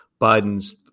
Biden's